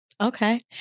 Okay